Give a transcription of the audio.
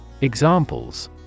Examples